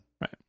Right